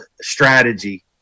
strategy